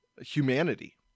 humanity